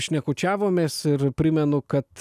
šnekučiavomės ir primenu kad